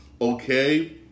Okay